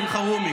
איתן?